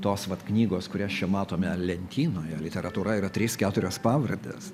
tos vat knygos kurias čia matome lentynoje literatūra yra trys keturios pavardės